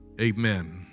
Amen